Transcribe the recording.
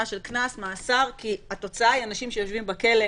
של קנס-מאסר כי התוצאה היא אנשים שיושבים בכלא,